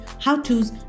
how-tos